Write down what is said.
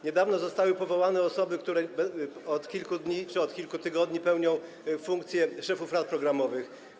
Niedawno zostały powołane osoby, które od kilku dni czy od kilku tygodni pełnią funkcje szefów rad programowych.